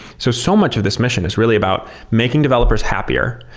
so so much of this mission is really about making developers happier,